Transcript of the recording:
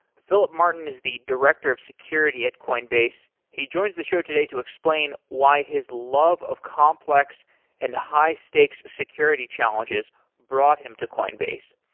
philip martin is the director of security at coinbase. he joins the show today to explain why his love of complex and high-stakes security challenges brought him to coinbase.